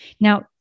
Now